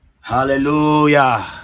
Hallelujah